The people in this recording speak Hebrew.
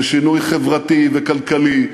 זה שינוי חברתי וכלכלי,